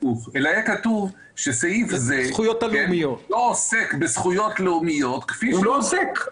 יהיה כתוב שסעיף זה לא עוסק בזכויות לאומיות --- הוא לא עוסק.